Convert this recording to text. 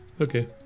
Okay